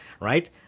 right